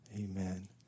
Amen